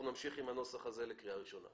אנחנו נמשיך עם הנוסח הזה לקריאה ראשונה.